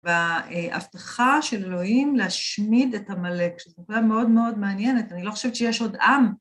וההבטחה של אלוהים להשמיד את עמלק, שזו נקודה מאוד מאוד מעניינת, אני לא חושבת שיש עוד עם.